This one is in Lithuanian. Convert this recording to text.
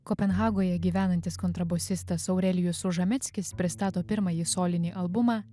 kopenhagoje gyvenantis kontrabosistas aurelijus užameckis pristato pirmąjį solinį albumą